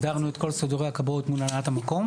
הסדרנו את כל סידורי הכבאות מול הנהלת המקום